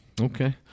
Okay